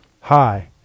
hi